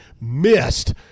missed